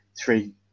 three